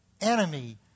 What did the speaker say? enemy